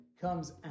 comes